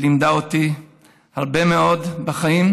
שלימדה אותי הרבה מאוד בחיים,